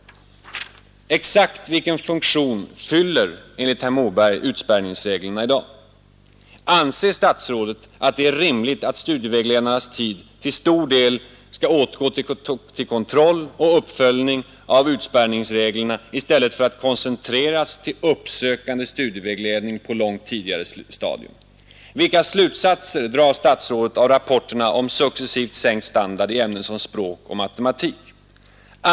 Exakt vilken funktion fyller enligt herr Moberg utspärrningsreglerna i dag? 2. Anser statsrådet att det är rimligt att studievägledarnas tid till stor del skall åtgå till kontroll och uppföljning av utspärringsreglerna i stället för att koncentreras till uppsökande studievägledning på långt tidigare stadium? 3. Vilka slutsatser drar statsrådet av rapporterna om successivt sänkt standard i ämnen som språk och matematik? 4.